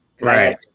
Right